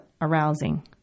arousing